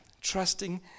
Trusting